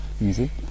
Easy